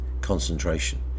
concentration